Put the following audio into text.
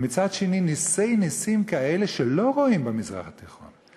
ומצד שני, נסי-נסים כאלה שלא רואים במזרח התיכון.